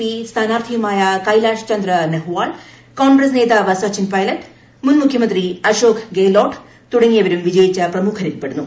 P സ്ഥാനാർത്ഥിയുമായ Kailash Chandra Nehwal Congress നേതാവ് സച്ചിൻപൈലറ്റ് മുൻ മുഖ്യമന്ത്രി അശോക് ഗഹ്ലോട്ട് തുടങ്ങിയവരും വിജയിച്ച പ്രമുഖരിൽപ്പെടുന്നു